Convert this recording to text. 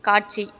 காட்சி